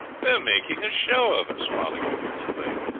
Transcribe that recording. they are making a show of us! fothergill exclaimed.